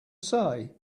say